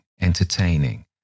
entertaining